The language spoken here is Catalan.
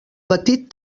petit